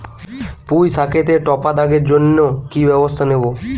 পুই শাকেতে টপা দাগের জন্য কি ব্যবস্থা নেব?